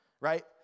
right